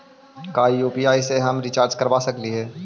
का यु.पी.आई से हम रिचार्ज करवा सकली हे?